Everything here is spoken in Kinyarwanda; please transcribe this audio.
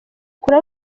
akura